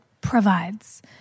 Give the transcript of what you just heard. provides